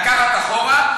לקחת אחורה,